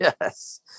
yes